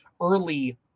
early